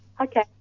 Okay